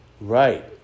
Right